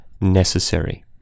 necessary